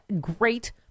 great